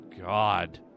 God